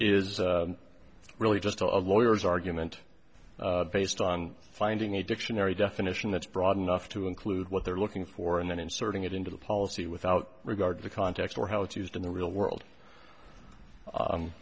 is really just a lawyers argument based on finding a dictionary definition that's broad enough to include what they're looking for and then inserting it into the policy without regard to the context or how it's used in the real world